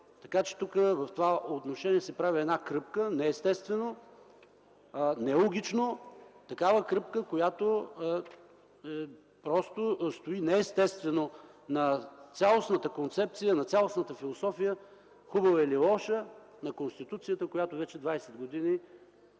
Така че тук в това отношение се прави една кръпка – неестествено, нелогично, такава кръпка, която просто стои неестествено на цялостната концепция, на цялостната философия – хубава или лоша, на Конституцията, която вече 20 години